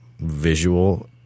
visual